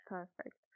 Perfect